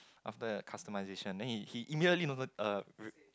after customization then he he immediately noted uh